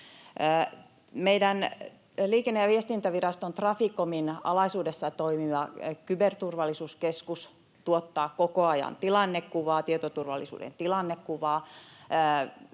Liikenne- ja viestintävirasto Traficomin alaisuudessa toimiva Kyberturvallisuuskeskus tuottaa koko ajan tietoturvallisuuden tilannekuvaa,